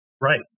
Right